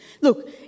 Look